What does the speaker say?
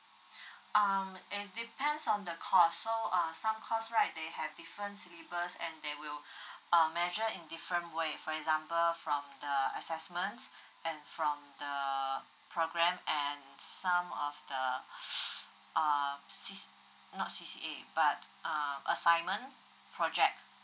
um it depends on the course so uh some course right they have different syllabus and they will err measure in different way for example from the assessments and from the programmes and some of the uh C not C_C_A but uh assignment project